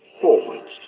forwards